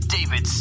David